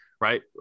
right